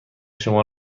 شما